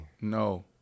No